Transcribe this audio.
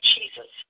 Jesus